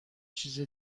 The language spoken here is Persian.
چیز